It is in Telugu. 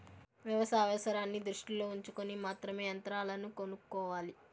వ్యవసాయ అవసరాన్ని దృష్టిలో ఉంచుకొని మాత్రమే యంత్రాలను కొనుక్కోవాలి